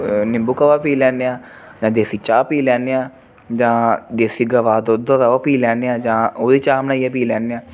नींबू काह्वा पी लैन्ने आं जां देसी चाह् पी लैन्ने आं जां देसी गवां दुद्ध होवै ओह् पी लैन्ने आं जां ओहदी चाह् बनाइयै पी लैन्ने आं